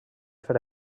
fer